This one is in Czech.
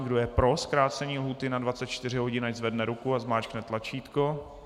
Kdo je pro zkrácení lhůty na 24 hodin, ať zvedne ruku a zmáčkne tlačítko.